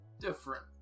different